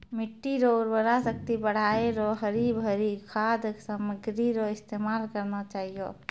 मिट्टी रो उर्वरा शक्ति बढ़ाएं रो हरी भरी खाद सामग्री रो इस्तेमाल करना चाहियो